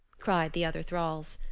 cried the other thralls.